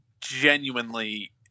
genuinely